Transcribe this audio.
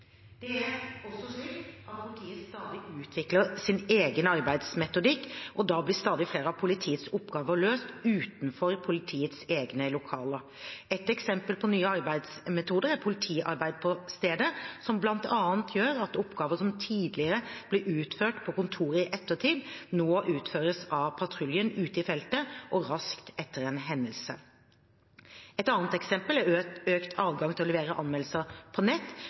Det er også slik at politiet stadig utvikler sin egen arbeidsmetodikk, og da blir stadig flere av politiets oppgaver løst utenfor politiets egne lokaler. Et eksempel på nye arbeidsmetoder er «politiarbeid på stedet», som bl.a. gjør at oppgaver som tidligere ble utført på kontoret i ettertid, nå utføres av patruljen ute i feltet og raskt etter en hendelse. Et annet eksempel er økt adgang til å levere anmeldelser på nett,